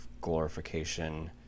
glorification